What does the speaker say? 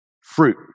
fruit